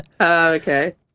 okay